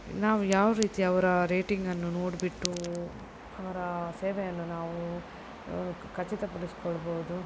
ನಾವು ಯಾವ ರೀತಿ ಅವರ ರೇಟಿಂಗನ್ನು ನೋಡಿಬಿಟ್ಟು ಅವರ ಸೇವೆಯನ್ನು ನಾವು ಖಚಿತಪಡಿಸಿಕೊಳ್ಳಬಹುದು